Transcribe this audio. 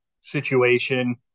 situation